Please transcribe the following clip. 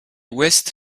ouest